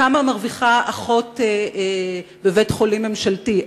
כמה מרוויחה אחות בבית-חולים ממשלתי.